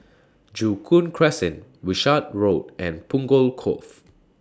Joo Koon Crescent Wishart Road and Punggol Cove